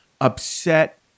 upset